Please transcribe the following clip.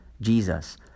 Jesus